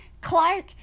Clark